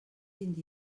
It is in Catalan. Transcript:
vint